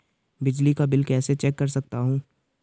बिजली का बिल कैसे चेक कर सकता हूँ?